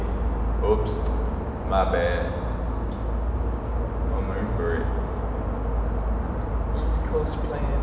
!oops! my bad oh marine parade east coast plan